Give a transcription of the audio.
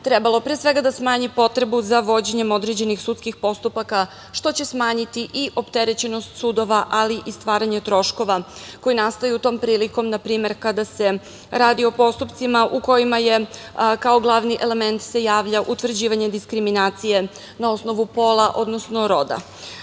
trebalo pre svega da smanji potrebu za vođenjem određenih sudskih postupaka, što će smanjiti i opterećenost sudova, ali i stvaranje troškova koji nastaju tom prilikom. Na primer, kada se radi o postupcima u kojima je, kao glavni element se javlja utvrđivanje diskriminacije na osnovu pola, odnosno roda. Kada